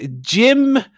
Jim